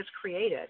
created